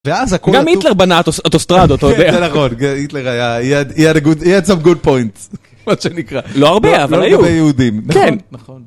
גם היטלר בנה אוטוסטרדות אתה יודע, כן זה נכון, כן היטלר היה he had some good points מה שנקרא, לא הרבה אבל היו, לא לגבי יהודים, נכון נכון